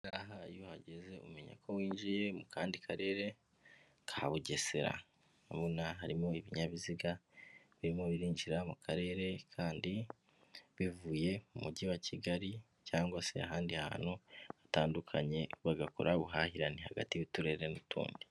Aha ngaha iyo uhageze umenya ko winjiye mu kandi karere ka Bugesera. Ubona harimo ibinyabiziga, birimo byinjira mu karere kandi bivuye mu mujyi wa Kigali, cyangwa se ahandi hantu hatandukanye, bagakora ubuhahirane hagati y'uturere n'utundi.